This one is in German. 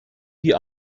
die